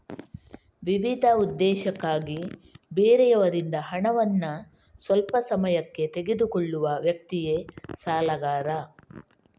ವಿವಿಧ ಉದ್ದೇಶಕ್ಕಾಗಿ ಬೇರೆಯವರಿಂದ ಹಣವನ್ನ ಸ್ವಲ್ಪ ಸಮಯಕ್ಕೆ ತೆಗೆದುಕೊಳ್ಳುವ ವ್ಯಕ್ತಿಯೇ ಸಾಲಗಾರ